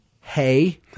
hey